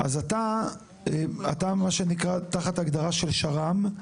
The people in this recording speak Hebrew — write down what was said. אתה נמצא תחת ההגדרה של שר"מ.